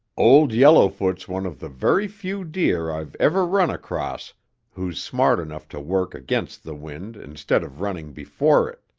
old yellowfoot's one of the very few deer i've ever run across who's smart enough to work against the wind instead of running before it.